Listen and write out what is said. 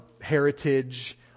heritage